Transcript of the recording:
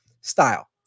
style